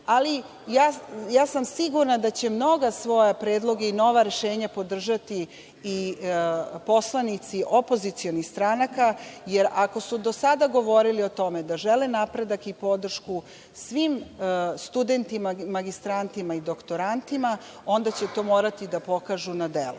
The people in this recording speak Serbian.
ali sam sigurna da će mnoge svoje predloge i nova rešenja podržati i poslanici opozicionih stranaka, jer ako su do sada govorili o tome da žele napredak i podršku svim studentima magistrantima i doktorantima onda će to morati da pokažu na delu.